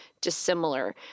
dissimilar